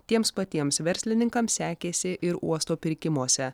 tiems patiems verslininkams sekėsi ir uosto pirkimuose